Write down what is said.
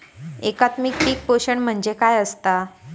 एकात्मिक पीक पोषण म्हणजे काय असतां?